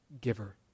giver